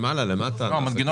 עושים מדגם